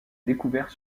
découverts